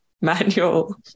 manual